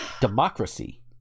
democracy